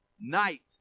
night